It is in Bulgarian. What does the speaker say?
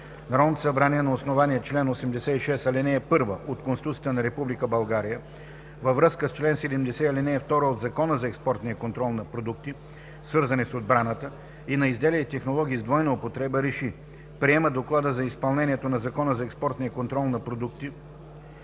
Народното събрание на основание чл. 86, ал. 1 от Конституцията на Република България във връзка с чл. 70, ал. 2 от Закона за експортния контрол на продукти, свързани с отбраната, и на изделия и технологии с двойна употреба РЕШИ: Приема Доклада за изпълнението на Закона за експортния контрол на продукти,